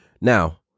Now